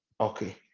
Okay